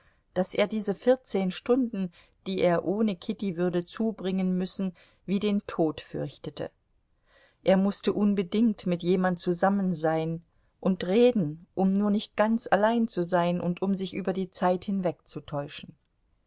daß er diese vierzehn stunden die er ohne kitty würde zubringen müssen wie den tod fürchtete er mußte unbedingt mit jemand zusammen sein und reden um nur nicht ganz allein zu sein und um sich über die zeit hinwegzutäuschen